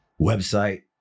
website